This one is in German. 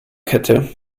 kette